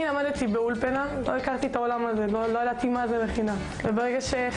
אני חושב שמה שעשו מכינות אופק זה פתחו את העולם הזה בערי הפיתוח והיום